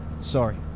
Sorry